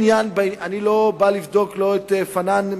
אני לא בא לבדוק לא את פנאן,